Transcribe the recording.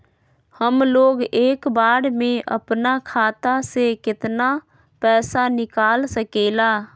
हमलोग एक बार में अपना खाता से केतना पैसा निकाल सकेला?